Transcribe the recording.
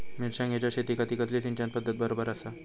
मिर्षागेंच्या शेतीखाती कसली सिंचन पध्दत बरोबर आसा?